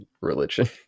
religion